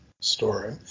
story